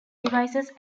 devices